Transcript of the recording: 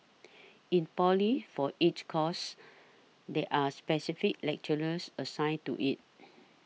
in poly for each course there are specific lecturers assigned to it